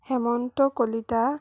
Hemanta Kalita